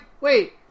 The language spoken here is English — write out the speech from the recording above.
wait